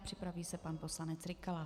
Připraví se pan poslanec Rykala.